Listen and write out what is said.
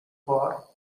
for